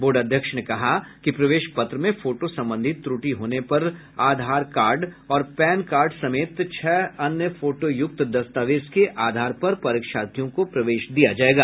board अध्यक्ष ने बताया कि प्रवेश पत्र में फोटो संबंधी त्रटि होने पर आधार कार्ड और पैन कार्ड समेत छह अन्य फोटोयूक्त दस्तावेज के आधार पर परीक्षार्थियों को प्रवेश दिया जायेगा